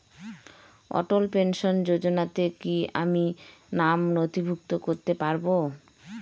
অটল pension যোজনাতে কি আমি নাম নথিভুক্ত করতে পারবো?